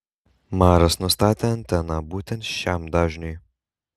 maras nustatė anteną būtent šiam dažniui